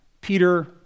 Peter